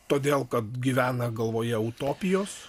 todėl kad gyvena galvoje utopijos